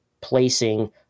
placing